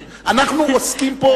אנחנו לא עוסקים בדוברות פה.